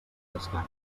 descans